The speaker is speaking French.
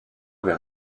des